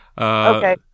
Okay